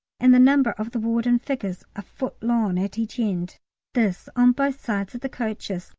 and the number of the ward in figures a foot long at each end this on both sides of the coaches.